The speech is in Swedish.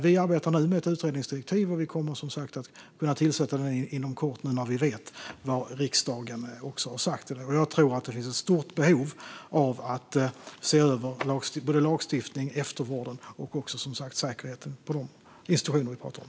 Vi arbetar nu med ett utredningsdirektiv, och nu när vi vet vad riksdagen har sagt kommer vi som sagt att kunna tillsätta denna utredning inom kort. Jag tror att det finns ett stort behov av att se över både lagstiftning, eftervård och säkerhet på de institutioner som vi talar om.